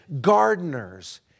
gardeners